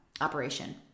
operation